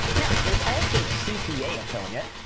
now, there's also cpa affiliate,